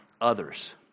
others